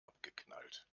abgeknallt